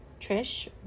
Trish